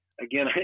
again